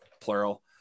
plural